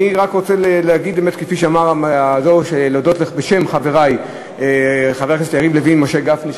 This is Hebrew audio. אני רק רוצה להודות בשם חברי חברי הכנסת יריב לוין ומשה גפני,